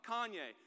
Kanye